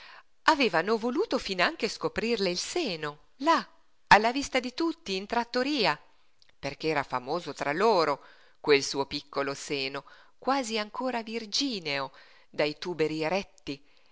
avevano voluto finanche scoprirle il seno là alla vista di tutti in trattoria perché era famoso tra loro quel suo piccolo seno quasi ancora virgineo dai tuberi eretti